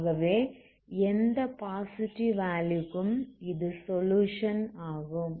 ஆகவே எந்த positive value க்கும் இது சொலுயுஷன் ஆகும்